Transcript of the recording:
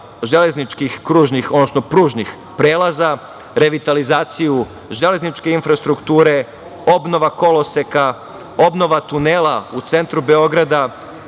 železničkih kružnih, odnosno pružnih prelaza, revitalizaciju železničke infrastrukture, obnova koloseka, obnova tunela u centru Beograda,